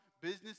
business